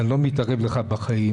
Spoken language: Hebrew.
ואני לא מתערב לך בחיים,